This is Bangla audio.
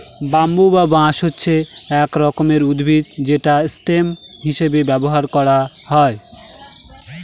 ব্যাম্বু বা বাঁশ হচ্ছে এক রকমের উদ্ভিদ যেটা স্টেম হিসেবে ব্যবহার করা হয়